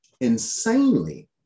insanely